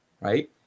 right